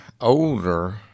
older